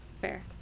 fair